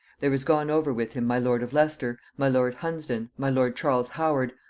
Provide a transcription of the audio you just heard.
there is gone over with him my lord of leicester, my lord hunsdon, my lord charles howard,